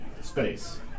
space